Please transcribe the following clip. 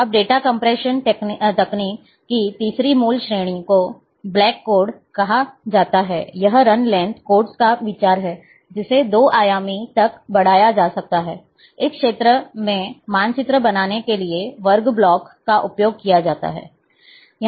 अब data compression तकनीक की तीसरी मूल श्रेणी को ब्लैक कोड कहा जाता है यह रन लेंथ कोड्स का विचार है जिसे 2 आयामों तक बढ़ाया जा सकता है इस क्षेत्र मैं मानचित्र बनाने के लिए वर्ग ब्लॉक का उपयोग किया जाता है